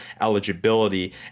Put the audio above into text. eligibility